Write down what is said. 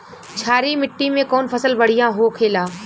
क्षारीय मिट्टी में कौन फसल बढ़ियां हो खेला?